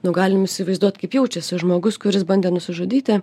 nu galim įsivaizduot kaip jaučiasi žmogus kuris bandė nusižudyti